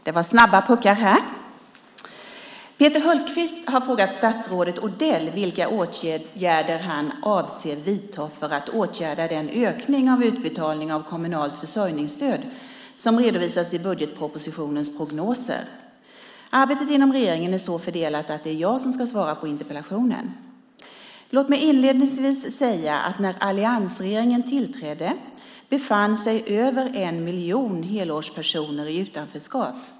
Herr talman! Peter Hultqvist har frågat statsrådet Odell vilka åtgärder han avser att vidta för att åtgärda den ökning av utbetalning av kommunalt försörjningsstöd som redovisas i budgetpropositionens prognoser. Arbetet inom regeringen är så fördelat att det är jag som ska svara på interpellationen. Låt mig inledningsvis säga att när alliansregeringen tillträdde befann sig över en miljon helårspersoner i utanförskap.